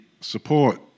support